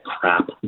crap